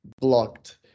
blocked